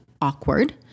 awkward